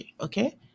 Okay